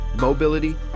mobility